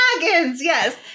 yes